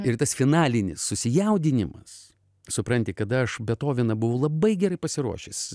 ir tas finalinis susijaudinimas supranti kada aš betoveną buvo labai gerai pasiruošęs